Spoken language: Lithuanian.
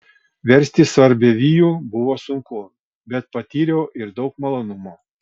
versti sarbievijų buvo sunku bet patyriau ir daug malonumo